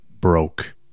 broke